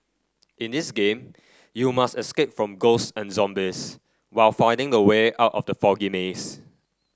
in this game you must escape from ghosts and zombies while finding a way out from the foggy maze